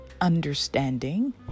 understanding